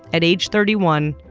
at age thirty one,